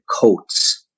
coats